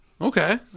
Okay